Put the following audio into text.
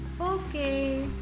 Okay